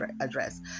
address